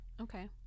Okay